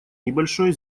небольшое